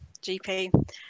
GP